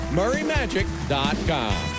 murraymagic.com